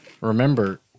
Remember